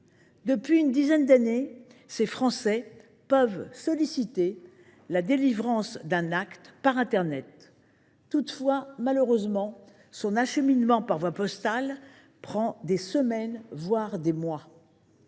Depuis une dizaine d’années, ceux ci peuvent solliciter la délivrance d’un acte par internet ; toutefois, son acheminement par voie postale peut prendre des semaines, voire des mois.